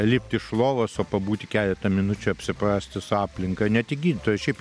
lipt iš lovos o pabūti keletą minučių apsiprasti su aplinka ne tik gydytojai šiaip